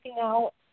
out